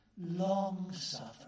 long-suffering